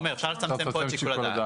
תומר, אפשר לצמצם פה את שיקול הדעת.